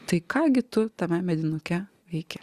tai ką gi tu tame medinuke veiki